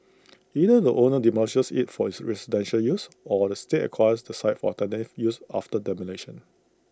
either the owner demolishes IT for residential use or the state acquires the site for alternative use after demolition